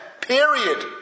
period